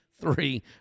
three